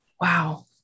Wow